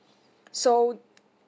so